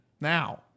Now